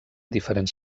diferents